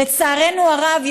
לצערנו הרב,